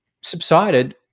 subsided